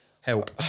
help